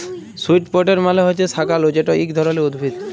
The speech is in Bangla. স্যুট পটেট মালে হছে শাঁকালু যেট ইক ধরলের উদ্ভিদ